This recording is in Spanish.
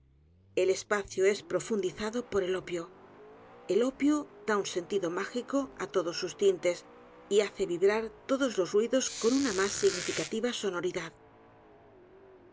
el espacio s profundizado por el o p i o l el opio da un sentido mágico á todos sus tintes y hace vibrar todos los r u i dos con una más significativa sonoridad